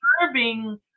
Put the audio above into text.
serving